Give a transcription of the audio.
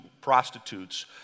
prostitutes